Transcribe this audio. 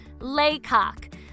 Laycock